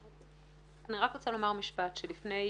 אני רק רוצה לומר משפט שלפני